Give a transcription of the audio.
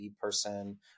person